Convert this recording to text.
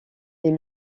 des